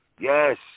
Yes